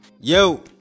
Yo